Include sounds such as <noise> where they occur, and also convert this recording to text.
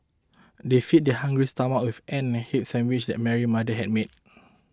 they fed their hungry stomachs of and <unintelligible> sandwiches that Mary's mother had made